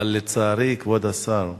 אבל לצערי, כבוד השר,